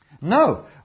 no